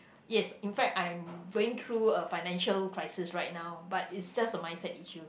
yes in fact I'm going through a financial crisis right now but it's just a mindset issue